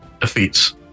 defeats